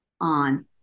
on